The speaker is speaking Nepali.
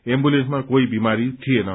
एम्बुलेन्समा कोही बिमारी थिएन